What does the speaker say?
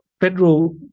federal